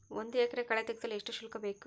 ಒಂದು ಎಕರೆ ಕಳೆ ತೆಗೆಸಲು ಎಷ್ಟು ಶುಲ್ಕ ಬೇಕು?